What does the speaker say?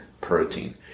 protein